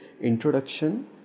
introduction